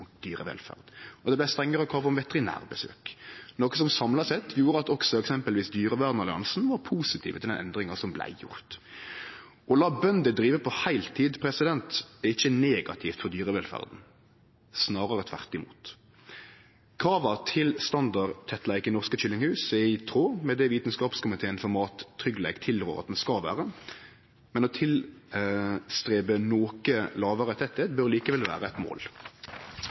dyrevelferd, og det vart strengare krav om veterinærbesøk, noko som samla sett gjorde at også eksempelvis Dyrevernalliansen var positive til den endringa som vart gjord. Å la bønder drive på heiltid er ikkje negativt for dyrevelferda, snarare tvert imot. Krava til standardtettleik i norske kyllinghus er i tråd med det Vitskapskomiteen for mattryggleik tilrår at han skal vere, men å få til noko lågare tettleik bør likevel vere eit mål,